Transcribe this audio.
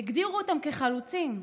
הגדירו אותם כחלוצים.